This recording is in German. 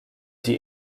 die